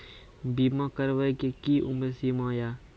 बीमा करबे के कि उम्र सीमा या?